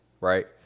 right